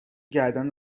گردن